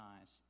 eyes